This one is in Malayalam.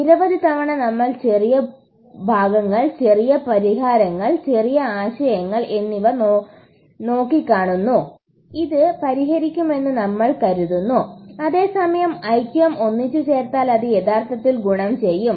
നിരവധി തവണ നമ്മൾ ചെറിയ ഭാഗങ്ങൾ ചെറിയ പരിഹാരങ്ങൾ ചെറിയ ആശയങ്ങൾ എന്നിവ നോക്കിക്കാണുന്നു ഇത് പരിഹരിക്കുമെന്ന് നമ്മൾ കരുതുന്നു അതേസമയം ഐക്യം ഒന്നിച്ച് ചേർത്താൽ അത് യഥാർത്ഥത്തിൽ ഗുണം ചെയ്യും